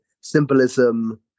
symbolism